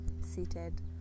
seated